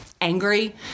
angry